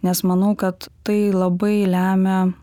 nes manau kad tai labai lemia